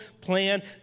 plan